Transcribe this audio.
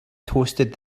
toasted